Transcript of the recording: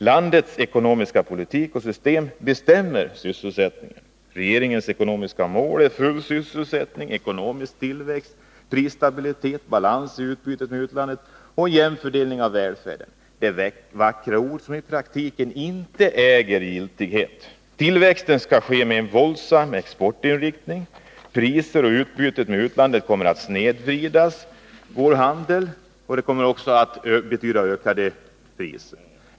Landets ekonomiska politik och ekonomiska system bestämmer sysselsättningen. Regeringens ekonomiska mål är full sysselsättning, ekonomisk tillväxt, prisstabilitet, balans i utbytet med utlandet och en jämn fördelning av välfärden. Detta är vackra ord, som i praktiken inte äger någon giltighet. Tillväxten skall ske med en våldsam exportinriktning. Priser och utbytet med utlandet kommer att snedvrida vår handel. Det kommer också att medföra ökade priser.